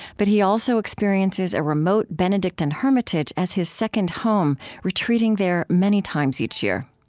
but he also experiences a remote benedictine hermitage as his second home, retreating there many times each year.